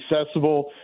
accessible